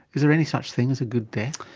is there any such thing as a good death?